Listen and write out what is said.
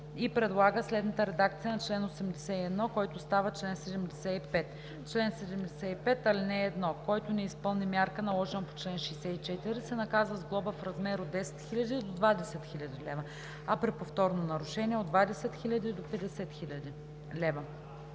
и предлага следната редакция на чл. 81, който става чл. 75: „Чл. 75. (1) Който не изпълни мярка, наложена по чл. 64, се наказва с глоба в размер от 10 000 до 20 000 лв., а при повторно нарушение от 20 000 до 50 000 лв.